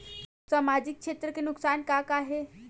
सामाजिक क्षेत्र के नुकसान का का हे?